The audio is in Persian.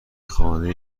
خانه